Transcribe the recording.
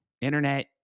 internet